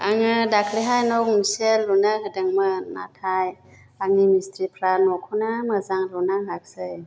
आङो दाख्लिहाय न' गंसे लुनो होदोंमोन नाथाइ आंनि मिस्थ्रिफ्रा न'खौनो मोजां लुना होयाखसै